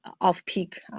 off-peak